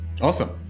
Awesome